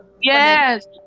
yes